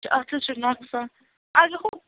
تہٕ اَتھ حظ چھُ نَۄقصان اَدٕ ہُہ